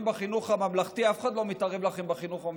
בחינוך הממלכתי ואף אחד לא מתערב לכם בחינוך הממלכתי-דתי,